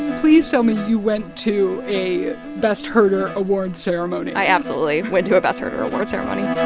please tell me you went to a best herder award ceremony i absolutely. went to a best herder award ceremony